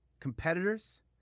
competitors